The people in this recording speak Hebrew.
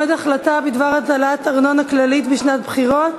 134) (מועד החלטה בדבר הטלת ארנונה כללית בשנת בחירות).